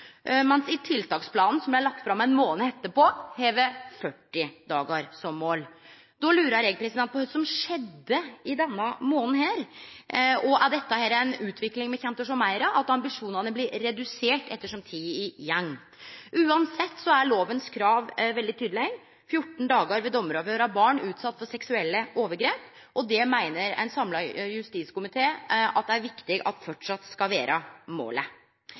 mens tiltaksplanen, som er lagd fram ein månad etterpå, har 40 dagar som mål. Då lurer eg på kva som skjedde i denne månaden. Og er dette ei utvikling me kjem til å sjå meir av, at ambisjonane blir reduserte ettersom tida går? Uansett er lovens krav veldig tydeleg: 14 dagar ved dommaravhøyr av barn utsette for seksuelle overgrep. Det meiner ein samla justiskomité er viktig at framleis skal vere målet.